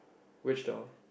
which door